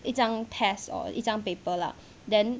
一张 test or 一张 paper lah then